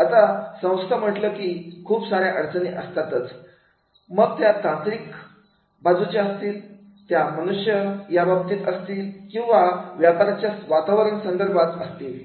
आता संस्था म्हटलं की खूप सार्या अडचणी असतातच मग त्या अडचणी तांत्रिक बाजूच्या असतील त्या मनुष्य याबाबतीत असतील किंवा व्यापाराच्या वातावरण यासंदर्भात असतील